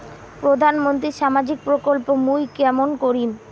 প্রধান মন্ত্রীর সামাজিক প্রকল্প মুই কেমন করিম?